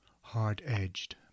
hard-edged